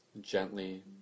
gently